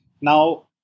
Now